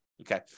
Okay